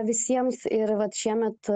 visiems ir vat šiemet